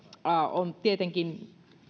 on tietenkin